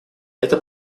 это